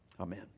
Amen